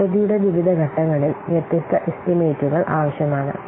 പദ്ധതിയുടെ വിവിധ ഘട്ടങ്ങളിൽ വ്യത്യസ്ത എസ്റ്റിമേറ്റുകൾ ആവശ്യമാണ്